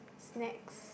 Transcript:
next